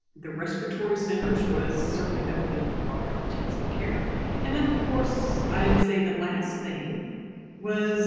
the respiratory centers was certainly the opening of modern intensive care and then of course i'd say the last thing was